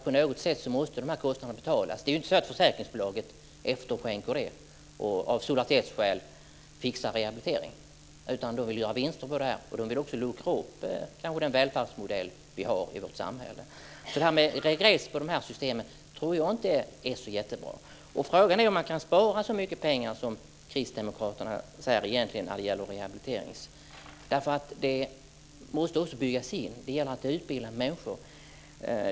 På något sätt måste dessa kostnader betalas. Det är inte så att försäkringsbolagen efterskänker det och av solidaritetsskäl fixar rehabilitering. De vill ha vinster på det här. De vill kanske också luckra upp den välfärdsmodell vi har i vårt samhälle. Regress på de här systemen tror jag inte är jättebra. Frågan är om man kan spara så mycket pengar som kristdemokraterna säger när det gäller rehabilitering. Det måste också byggas in att det gäller att utbilda människor.